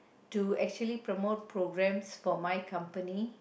to actually promote programs for my company